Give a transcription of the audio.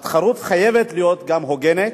התחרות חייבת להיות הוגנת,